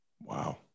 Wow